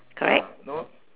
correct